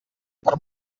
per